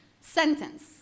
sentence